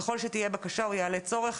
ככל שתהיה בקשה או יעלה צורך,